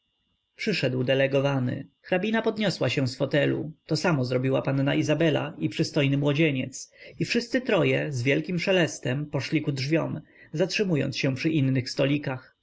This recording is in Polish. przyszedł delegowany hrabina podniosła się z fotelu to samo zrobiła panna izabela i przystojny młodzieniec i wszyscy troje z wielkim szelestem poszli ku drzwiom zatrzymując się przy innych stolikach